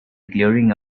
clearing